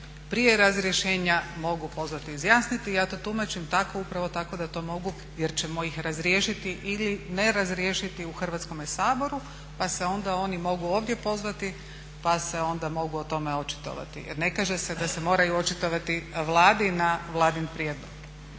prije razrješenja mogu pozvati i izjasniti i ja to tumačim tako, upravo tako da to mogu jer ćemo ih razriješiti ili ne razriješiti u Hrvatskome saboru pa se onda oni mogu ovdje pozvati pa se onda mogu o tome očitovati. Jer ne kaže se da se moraju očitovati Vladi na Vladin prijedlog.